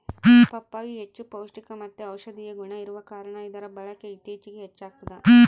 ಪಪ್ಪಾಯಿ ಹೆಚ್ಚು ಪೌಷ್ಟಿಕಮತ್ತೆ ಔಷದಿಯ ಗುಣ ಇರುವ ಕಾರಣ ಇದರ ಬಳಕೆ ಇತ್ತೀಚಿಗೆ ಹೆಚ್ಚಾಗ್ತದ